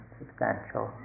substantial